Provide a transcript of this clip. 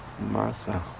Martha